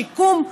שיקום,